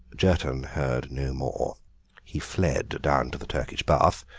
jerton heard no more. he fled down to the turkish bath,